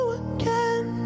again